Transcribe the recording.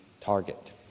target